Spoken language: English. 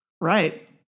Right